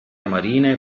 marine